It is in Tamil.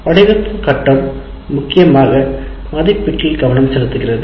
வடிவமைப்பு கட்டம் முக்கியமாக மதிப்பீட்டில் கவனம் செலுத்துகிறது